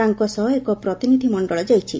ତାଙ୍କ ସହ ଏକ ପ୍ରତିନିଧୂମଣ୍ଡଳ ଯାଇଛି